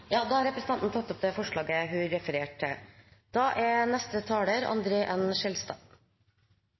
Da har representanten Katrine Boel Gregussen tatt opp forslaget hun refererte til.